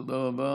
תודה רבה.